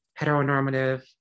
heteronormative